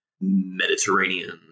Mediterranean